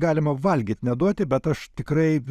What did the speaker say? galima valgyt neduoti bet aš tikrai